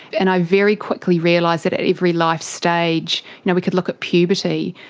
and i very quickly realised that at every life stage, you know, we could look at puberty,